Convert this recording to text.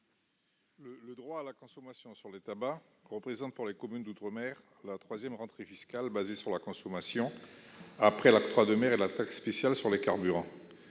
Le droit à la consommation sur les tabacs représente pour les communes d'outre-mer la troisième rentrée fiscale fondée sur la consommation, après l'octroi de mer et la taxe spéciale sur les carburants.